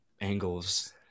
angles